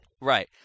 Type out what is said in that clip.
Right